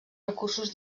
recursos